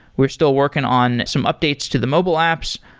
we're still working on some updates to the mobile apps,